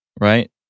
Right